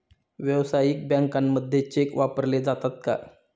व्यावसायिक बँकांमध्ये चेक वापरले जातात का?